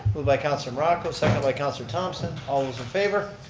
moved by counselor morocco, second by counselor thompson, all those in favor.